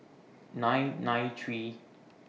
nine nine three